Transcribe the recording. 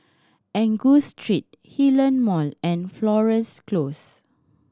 Angus Street Hillion Mall and Florence Close